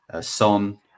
Son